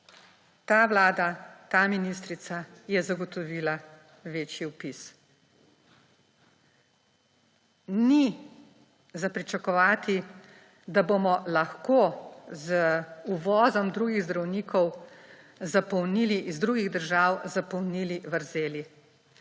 Ta vlada, ta ministrica je zagotovila večji vpis. Ni za pričakovati, da bomo lahko z uvozom drugih zdravnikov iz drugih držav zapolnili vrzeli.